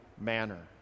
manner